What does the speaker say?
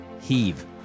Heave